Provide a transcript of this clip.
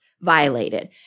violated